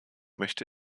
möchte